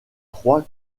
trois